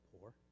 poor